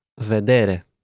vedere